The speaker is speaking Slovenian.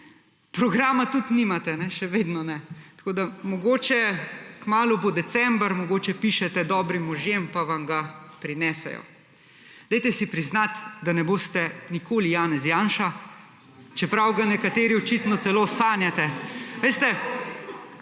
programa tudi nimate, ne, še vedno ne. Tako da, mogoče, kmalu bo december, mogoče pišete dobrim možem, pa vam ga prinesejo. Dajte si priznati, da ne boste nikoli Janez Janša, čeprav ga nekateri očitno celo sanjate. Veste,